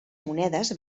monedes